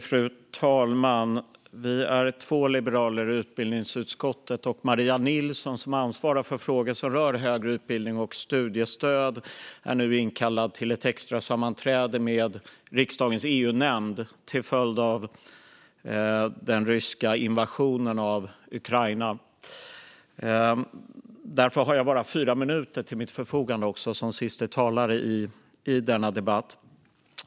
Fru talman! Vi är två liberaler i utbildningsutskottet. Maria Nilsson, som ansvarar för frågor som rör högre utbildning och studiestöd, blev kallad till ett extrasammanträde i riksdagens EU-nämnd till följd av den ryska invasionen av Ukraina. Därför har jag bara fyra minuter till mitt förfogande som siste talare i denna debatt.